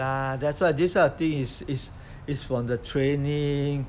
yeah that's why this kind of thing is is is is from the training